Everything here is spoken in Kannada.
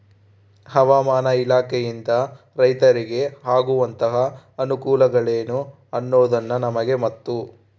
ಹವಾಮಾನ ಇಲಾಖೆಯಿಂದ ರೈತರಿಗೆ ಆಗುವಂತಹ ಅನುಕೂಲಗಳೇನು ಅನ್ನೋದನ್ನ ನಮಗೆ ಮತ್ತು?